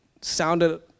sounded